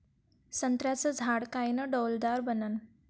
संत्र्याचं झाड कायनं डौलदार बनन?